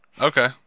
Okay